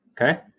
Okay